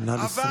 נא לסיים,